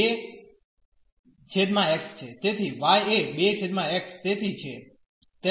તેથી y એ 2 x તેથી છે તેનો અર્થ છે 1